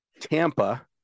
Tampa